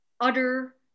utter